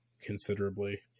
considerably